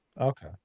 okay